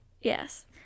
yes